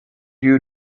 you